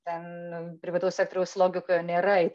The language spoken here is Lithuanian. ten privataus sektoriaus logikoj nėra